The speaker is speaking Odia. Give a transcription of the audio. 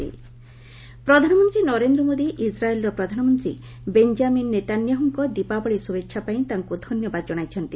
ଦିୱାଲି ଗ୍ରିଟିଙ୍ଗିସ୍ ପ୍ରଧାନମନ୍ତ୍ରୀ ନରେନ୍ଦ୍ର ମୋଦି ଇକ୍ରାଏଲ୍ର ପ୍ରଧାନମନ୍ତ୍ରୀ ବେଞ୍ଜାମିନ୍ ନେତାନ୍ୟାହୁଙ୍କ ଦୀପାବଳି ଶୁଭେଚ୍ଛାପାଇଁ ତାଙ୍କୁ ଧନ୍ୟବାଦ ଜଶାଇଛନ୍ତି